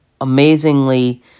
amazingly